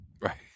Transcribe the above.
Right